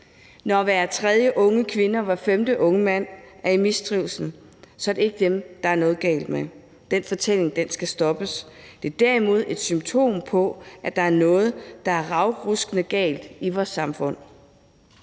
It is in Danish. Når hver tredje unge kvinde og hver femte unge mand er i mistrivsel, er det ikke dem, der er noget galt med. Den fortælling skal stoppes. Det er derimod et symptom på, at der er noget, der er ravruskende galt i vores samfund.